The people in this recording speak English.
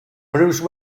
bruce